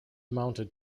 mounted